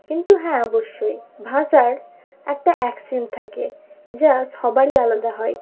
কিন্তু হ্যাঁ অবশ্যই ভাষার একটা অ্যাকসেন্ট থাকে যা সবারই আলাদা হয়